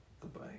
goodbye